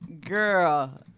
Girl